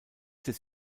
des